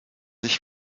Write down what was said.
ich